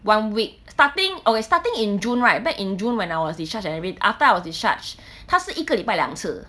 one week starting okay starting in june right back in june when I was discharged and re~ after I was discharged 它是一个礼拜两次